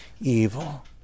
evil